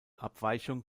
abweichung